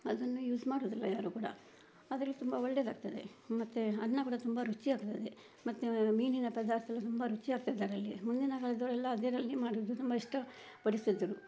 ಅದನ್ನು ಯೂಸ್ ಮಾಡುವುದಿಲ್ಲ ಯಾರು ಕೂಡ ಅದ್ರಲ್ಲಿ ತುಂಬ ಒಳ್ಳೆಯದಾಗ್ತದೆ ಮತ್ತು ಅನ್ನ ಕೂಡ ತುಂಬ ರುಚಿ ಆಗ್ತದೆ ಮತ್ತು ಮೀನಿನ ಪದಾರ್ಥವು ತುಂಬ ರುಚಿ ಆಗ್ತದೆ ಅದರಲ್ಲಿ ಮುಂದಿನ ಕಾಲದವರೆಲ್ಲ ಅದರಲ್ಲಿ ಮಾಡೋದು ತುಂಬ ಇಷ್ಟ ಪಡಿಸ್ತಿದ್ರು